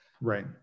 right